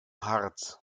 harz